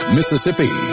Mississippi